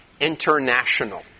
international